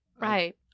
Right